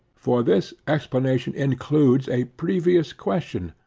for this explanation includes a previous question,